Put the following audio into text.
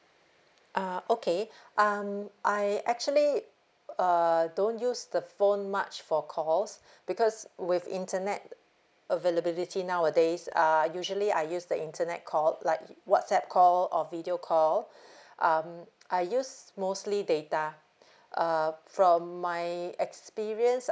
uh okay um I actually uh don't use the phone much for calls because with internet availability nowadays uh usually I use the internet called like whatsapp call or video call um I use mostly data uh from my experience